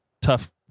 tough